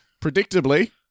predictably